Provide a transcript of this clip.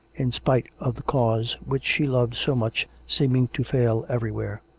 in spite of the cause, which she loved so much, seeming to fail every where.